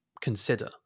consider